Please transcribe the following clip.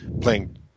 playing